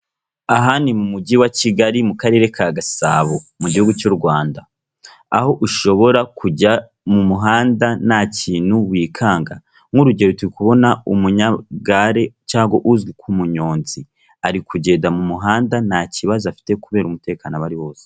Aha ni mu mujyi wa Kigali mu karere ka Gasabo mu gihugu cy'u Rwanda, aho ushobora kujya mu muhanda nta kintu wikanga, nk'urugero turi kubona umunyegare cyangwa uzwi nk'umunyonzi ari kugenda mu muhanda nta kibazo afite kubera umutekano aba ari wose.